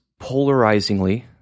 polarizingly